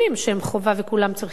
שהם חובה וכולם צריכים לצאת.